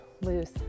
loose